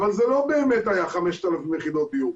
אבל זה לא באמת היה 5,000 יחידות דיור.